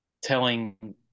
telling